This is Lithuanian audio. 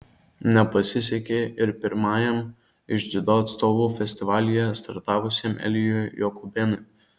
nepasisekė ir pirmajam iš dziudo atstovų festivalyje startavusiam elijui jokubėnui